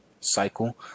cycle